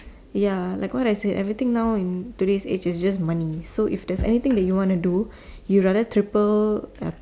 ya like what I said everything now in today's age is just money so if there's anything that you wanna do you rather triple uh